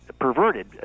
perverted